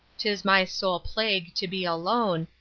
tis my sole plague to be alone,